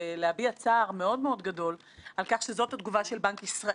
אבל מבחינתי מי שחובתנו לפקח עליו הוא הרגולטורים.